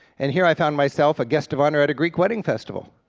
and here i found myself a guest of honor at a greek wedding festival,